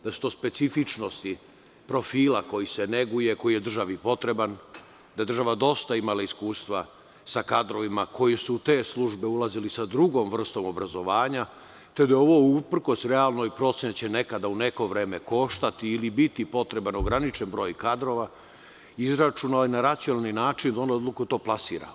To su specifičnosti profila koji se neguje, koji je državi potreban, da je država imala dosta iskustva sa kadrovima koji su u te službe ulazile sa drugom vrstom obrazovanja, to je bilo uprkos realnoj proceni da će nekada u neko vreme koštati ili biti potreban ograničen broj kadrova, izračunao je na racionalni način i doneo odluku da to plasira.